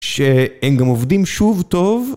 שהם גם עובדים שוב טוב.